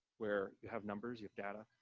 where you have numbers, you have data,